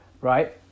Right